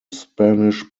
spanish